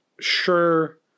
sure